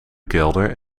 kelder